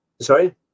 Sorry